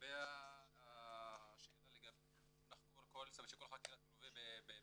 לגבי זה שכל חקירה תלווה בצילום,